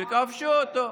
שכבשו אותו.